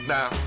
Now